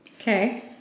Okay